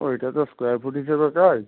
ওইটা তো square foot হিসেবে কাজ